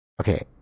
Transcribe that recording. okay